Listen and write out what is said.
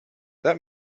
that